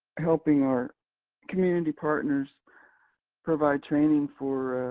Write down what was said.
helping our community partners provide training for